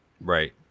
Right